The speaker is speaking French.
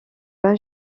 pas